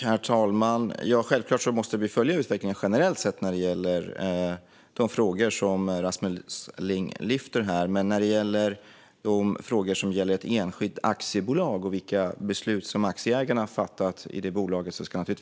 Herr talman! Självklart måste vi följa utvecklingen generellt sett när det gäller de frågor som Rasmus Ling lyfter fram, men regeringen ska naturligtvis inte ha några synpunkter på frågor som gäller ett enskilt aktiebolag och vilka beslut aktieägarna har fattat i det bolaget.